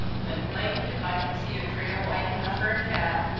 but blamed if i can see a trail wide enough for a cat!